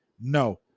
No